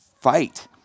fight